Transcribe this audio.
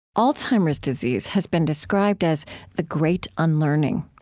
alzheimer's disease has been described as the great unlearning.